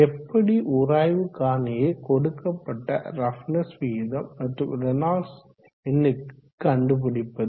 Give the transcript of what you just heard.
எப்படி உராய்வு காரணியை கொடுக்கப்பட்ட ரஃப்னஸ் விகிதம் மற்றும் ரேனால்ட்ஸ் எண்ணுக்கு கண்டுபிடிப்பது